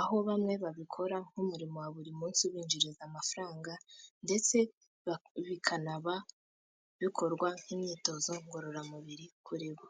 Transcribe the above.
Aho bamwe babikora nk'umurimo wa buri munsi ubinjiriza amafaranga ndetse bikanaba bikorwa nk'imyitozo ngororamubiri kuri bo.